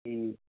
ਜੀ